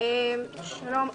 שלום,